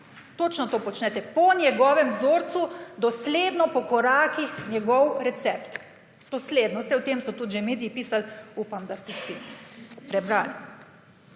Točno to počnete po njegovem vzorcu, dosledno po korakih njegov recept. Dosledno. Saj o tem so tudi že mediji pisali, upam, da ste si prebrali.